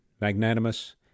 magnanimous